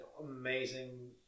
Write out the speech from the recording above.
amazing